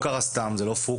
זה לא קרה סתם, זה לא פוקס.